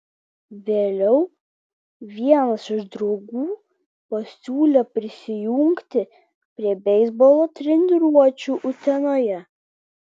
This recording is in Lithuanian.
vėliau vienas iš draugų pasiūlė prisijungti prie beisbolo treniruočių utenoje